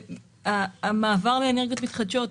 המעבר לאנרגיות מתחדשות,